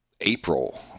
April